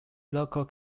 local